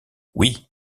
oui